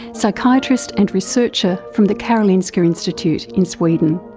psychiatrist and researcher from the karolinska institute in sweden.